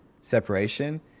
separation